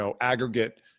aggregate